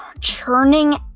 Churning